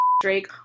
Drake